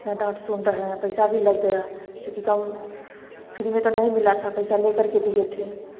कितना डांट सुन रहे हैं पैसा भी लग गया जो कि गाँव में फ्री में तो नहीं मिला था पैसे ले कर के दिए थे